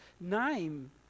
name